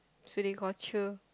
so they call cher